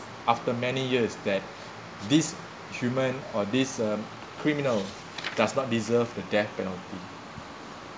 after many years that these human or this um criminal does not deserve the death penalty